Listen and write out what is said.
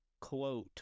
Quote